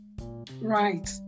Right